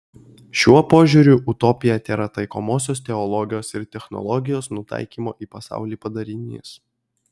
šiuo požiūriu utopija tėra taikomosios teologijos ir technologijos nutaikymo į pasaulį padarinys